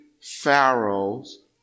Pharaoh's